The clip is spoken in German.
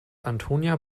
antonia